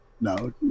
No